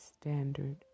standard